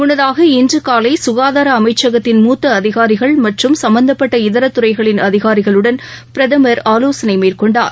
முன்னதாக இன்று காலை ககாதார அமைச்கத்தின் மூத்த அதிகாரிகள் மற்றும் சம்மந்தப்பட்ட இதர துறைகளின் அதிகாரிகளுடன் பிரதமர் ஆலோசனை மேற்கொண்டார்